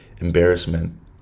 embarrassment